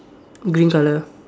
green colour